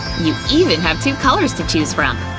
you even have two colors to choose from!